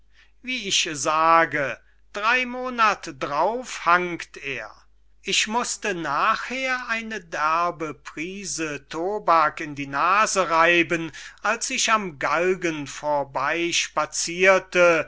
wie ich sage drey monath d'rauf hangt er ich mußte nachher eine derbe prise toback in die nase reiben als ich am galgen